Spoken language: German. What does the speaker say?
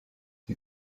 die